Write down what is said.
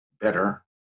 better